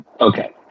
okay